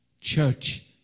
church